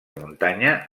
muntanya